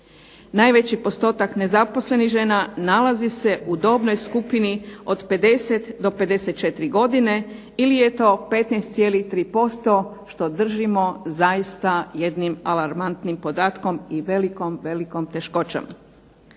Najveći postotak nezaposlenih žena nalazi se u dobnoj skupini od 50 do 54 godine, ili je to 15,3% što držimo zaista jednim alarmantnim podatkom i velikom teškoćom.